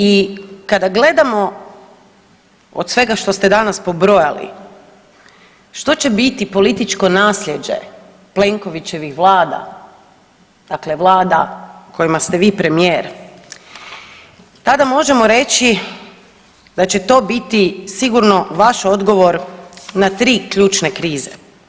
I kada gledamo od svega što ste danas pobrojali što će biti političko naslijeđe Plenkovićevih Vlada, dakle Vlada kojima ste vi premijer tada možemo reći da će to biti sigurno vaš odgovor na tri ključne krize.